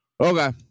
Okay